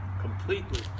completely